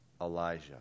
Elijah